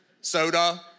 soda